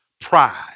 Pride